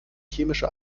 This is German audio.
chemische